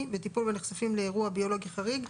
וטיפול בנחשפים לאירוע ביולוגי חריג,